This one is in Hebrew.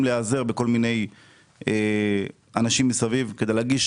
להיעזר בכל מיני אנשים מסביב כדי להגיש,